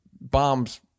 bombs